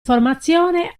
formazione